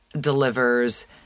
delivers